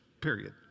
period